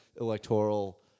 electoral